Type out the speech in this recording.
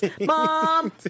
Mom